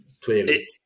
clearly